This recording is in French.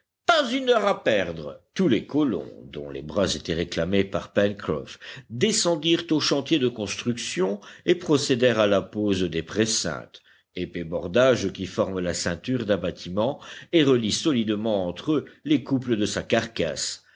pas une heure à perdre tous les colons dont les bras étaient réclamés par pencroff descendirent au chantier de construction et procédèrent à la pose des précintes épais bordages qui forment la ceinture d'un bâtiment et relient solidement entre eux les couples de sa carcasse